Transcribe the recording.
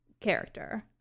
character